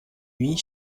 nuit